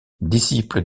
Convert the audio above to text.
disciple